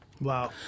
Wow